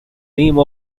name